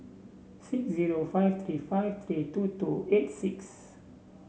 six zero five three five three two two eight six